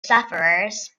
sufferers